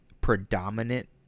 predominant